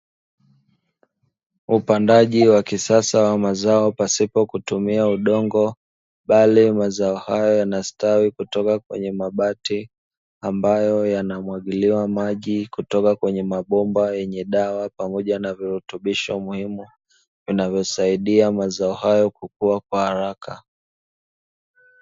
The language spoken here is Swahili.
Upandaji wa kisasa wa mazao pasipo kutumia udongo bali mazao hayo yanastawi kutoka kwenye mabati, ambayo yanamwagiliwa maji kutoka kwenye mabomba yenye dawa pamoja na virutubisho muhimu, vinavyosaidia mazao hayo kukua kwa haraka.